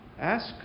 Ask